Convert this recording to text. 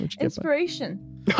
Inspiration